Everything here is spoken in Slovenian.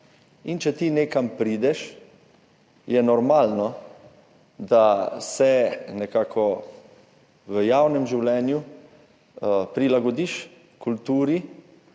Če ti nekam prideš, je normalno, da se nekako v javnem življenju prilagodiš kulturi,